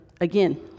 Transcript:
again